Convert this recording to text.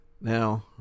Now